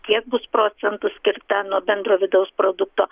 kiek bus procentų skirta nuo bendro vidaus produkto